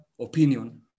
opinion